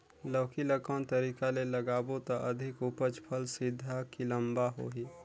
लौकी ल कौन तरीका ले लगाबो त अधिक उपज फल सीधा की लम्बा होही?